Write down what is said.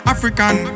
African